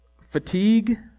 fatigue